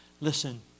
Listen